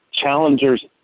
challengers